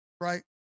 right